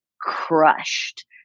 crushed